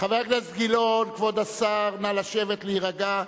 חבר הכנסת גילאון, כבוד השר, נא לשבת, להירגע.